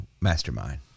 mastermind